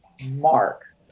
Mark